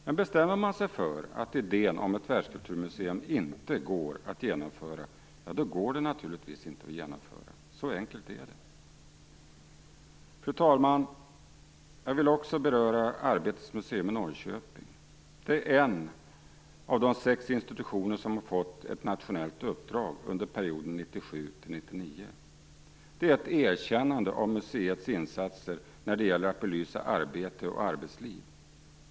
Men bestämmer man sig för att idén om ett världskulturmuseum inte går att genomföra, då går den naturligtvis inte att genomföra. Så enkelt är det. Fru talman! Jag vill också beröra Arbetets museum i Norrköping. Det är en av de sex institutioner som fått ett nationellt uppdrag under perioden 1997 1999. Det är ett erkännande av museets insatser när det gäller att belysa arbete och arbetsliv.